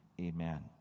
amen